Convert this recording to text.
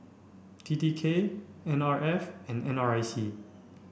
T T K N R F and N R I C